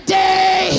day